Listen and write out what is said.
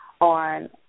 on